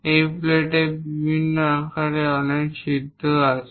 এই প্লেটে বিভিন্ন আকারের অনেক ছিদ্র আছে